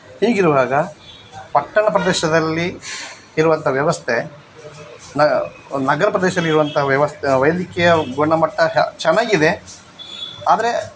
ಹೀಗಿರುವಾಗ ಪಟ್ಟಣ ಪ್ರದೇಶದಲ್ಲಿ ಇರುವಂಥ ವ್ಯವಸ್ಥೆ ನಗರ ಪ್ರದೇಶಲ್ಲಿ ಇರುವಂಥ ವ್ಯವಸ್ಥೆ ವೈದ್ಯಕೀಯ ಗುಣಮಟ್ಟ ಚೆನ್ನಾಗಿದೆ ಆದರೆ